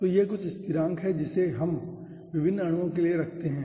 तो यह कुछ स्थिरांक है जिसे हम विभिन्न अणुओं के लिए रखते हैं